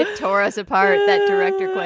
ah torres apartment director,